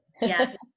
Yes